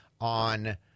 on